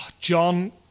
John